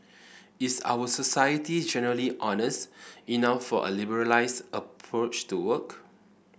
is our society generally honest enough for a liberalised approach to work